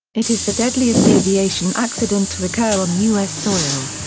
it is the deadliest aviation accident to occur on u s. soil.